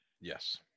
Yes